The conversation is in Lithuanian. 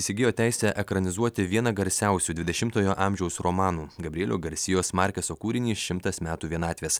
įsigijo teisę ekranizuoti vieną garsiausių dvidešimtojo amžiaus romanų gabrielio garsijos markeso kūrinį šimtas metų vienatvės